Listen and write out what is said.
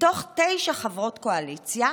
מתוך תשע חברות קואליציה,